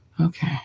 okay